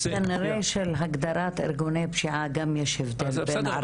--- כנראה שלהגדרת ארגוני פשיעה גם יש הבדל בין ערבים.